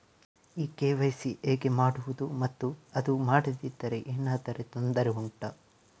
ಈ ಕೆ.ವೈ.ಸಿ ಹೇಗೆ ಮಾಡುವುದು ಮತ್ತು ಅದು ಮಾಡದಿದ್ದರೆ ಏನಾದರೂ ತೊಂದರೆ ಉಂಟಾ